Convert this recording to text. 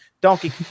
Donkey